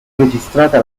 registrata